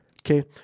Okay